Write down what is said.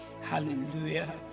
hallelujah